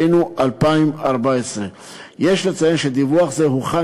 היינו 2014. יש לציין שדיווח זה הוחל